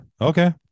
Okay